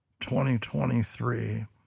2023